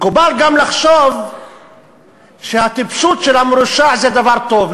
מקובל גם לחשוב שהטיפשות של המרושע זה דבר טוב,